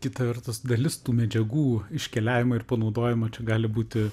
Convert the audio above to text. kita vertus dalis tų medžiagų iškeliavimo ir panaudojimo čia gali būti